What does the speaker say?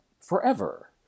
forever